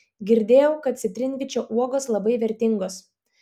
girdėjau kad citrinvyčio uogos labai vertingos